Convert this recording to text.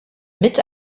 mit